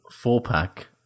Four-pack